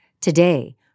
Today